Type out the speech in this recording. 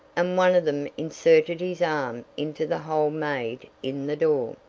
and one of them inserted his arm into the hole made in the door,